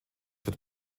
wird